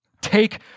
Take